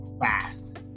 fast